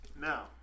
Now